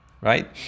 right